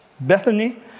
Bethany